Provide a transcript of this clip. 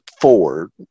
Ford